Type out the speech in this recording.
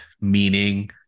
meaning